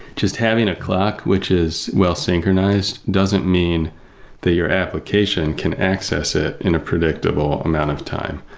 just having a clock, which is well-synchronized doesn't mean that your application can access it in a predictable amount of time.